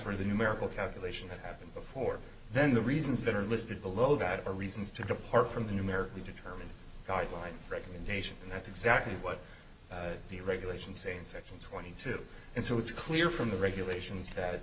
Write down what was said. for the numerical calculation that happens before then the reasons that are listed below that are reasons to depart from the numerically determined guideline recommendation and that's exactly what the regulations say in section twenty two and so it's clear from the regulations that